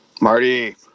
Marty